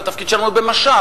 את התפקיד שלנו במש"ב.